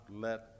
let